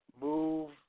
move